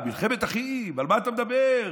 מלחמת אחים, על מה אתה מדבר?